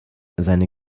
seine